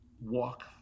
walk